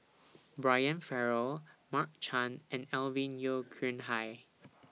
Brian Farrell Mark Chan and Alvin Yeo Khirn Hai